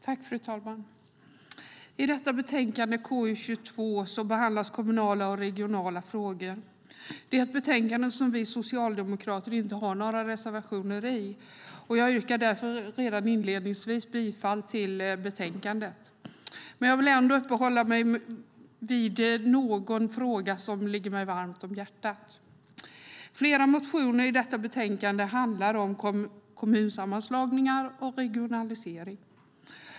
Fru talman! I detta betänkande, KU22, behandlas kommunala och regionala frågor. Det är ett betänkande som vi socialdemokrater inte har några reservationer i. Jag yrkar därför redan inledningsvis bifall till förslaget i betänkandet. Men jag vill ändå uppehålla mig vid någon fråga som ligger mig varmt om hjärtat. Flera motioner i detta betänkande handlar om kommunsammanslagningar och regionalisering.